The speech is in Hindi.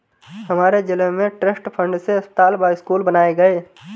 हमारे जिले में ट्रस्ट फंड से अस्पताल व स्कूल बनाए गए